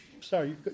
Sorry